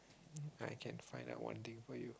I can find out one thing for you